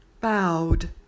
Bowed